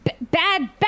bad